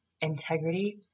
integrity